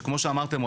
שכמו שאמרתם,